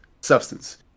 substance